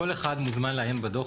כל אחד מוזמן לעיין בדוח,